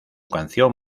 canción